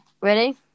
Ready